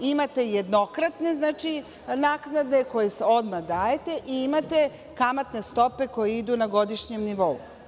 Imate jednokratne naknade koje odmah dajete i imate kamatne stope koje idu na godišnjem nivou.